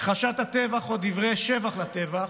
הכחשת הטבח או דברי שבח לטבח,